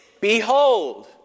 Behold